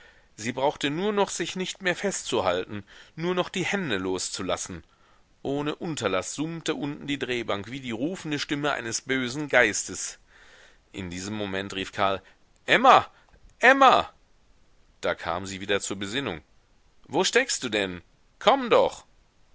sie brauchte nur noch sich nicht mehr festzuhalten nur noch die hände loszulassen ohne unterlaß summte unten die drehbank wie die rufende stimme eines bösen geistes in diesem moment rief karl emma emma da kam sie wieder zur besinnung wo steckst du denn komm doch